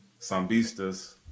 Sambistas